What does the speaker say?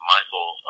Michael